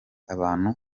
abantu